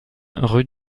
rue